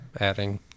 adding